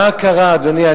מה קרה, אדוני?